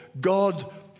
God